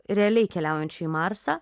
realiai keliaujančių į marsą